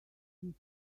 can